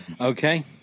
Okay